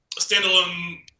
standalone